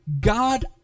God